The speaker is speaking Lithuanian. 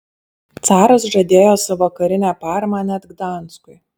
caras žadėjo savo karinę paramą net gdanskui